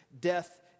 Death